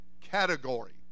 category